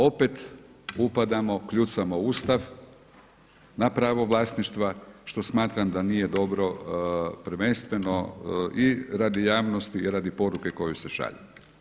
Opet upadamo, kljucamo Ustav na pravo vlasništva što smatram da nije dobro prvenstveno i radi javnosti radi poruke koju se šalje.